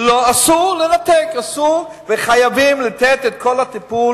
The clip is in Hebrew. אסור לנתק, וחייבים לתת את כל הטיפול